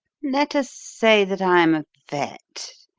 let us say that i'm a vet,